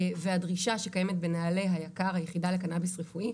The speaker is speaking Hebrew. והדרישה שקיימת בנהלי היחידה לקנביס רפואי,